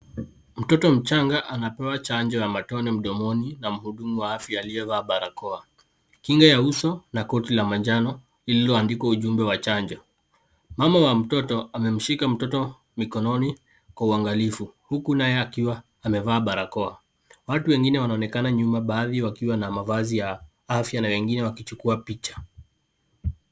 Mtoto mchanga anapewa chanjo ya matone mdomoni na mhudumu wa afya aliyevaa barakoa. Kinga ya uso na koti la manjano, lililoandikwa ujumbe wa chanjo. Mama wa mtoto amemshika mtoto mikononi kwa uangalifu huku naye akiwa amevaa barakoa. Watu wengine wanaonekana nyuma baadhi wakiwa na mavazi ya afya na wengine wakichukua picha.